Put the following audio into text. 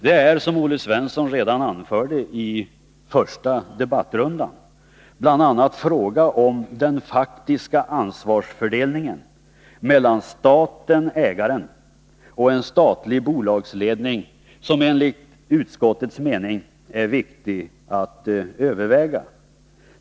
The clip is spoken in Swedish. Det är, som Olle Svensson redan anförde i första debattrundan, bl.a. frågan om den faktiska ansvarsfördelningen mellan staten/ägaren och en statlig bolagsledning som enligt utskottets mening är viktig att överväga.